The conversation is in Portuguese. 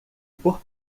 por